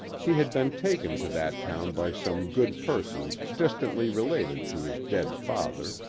he had been taken to that town by some good persons distantly related to his dead father,